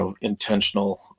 intentional